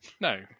No